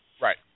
Right